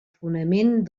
fonament